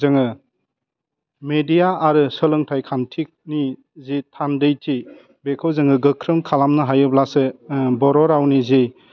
जोङो मेडिया आरो सोलोंथाइ खान्थिनि जि थान्दैथि बेखौ जोङो गोख्रों खालामनो हायोब्लासो बर' रावनि जि